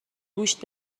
گوشت